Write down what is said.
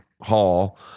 hall